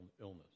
illness